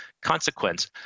consequence